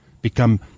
become